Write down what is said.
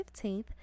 15th